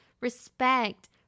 respect